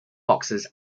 boxers